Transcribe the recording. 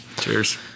Cheers